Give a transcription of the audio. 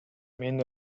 мени